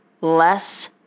less